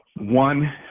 one